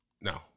No